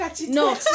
No